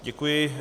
Děkuji.